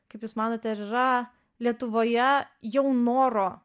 kaip jūs manote ar yra lietuvoje jau noro